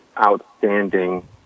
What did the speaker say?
outstanding